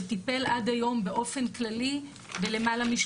שטיפל עד היום באופן כללי בלמעלה מ-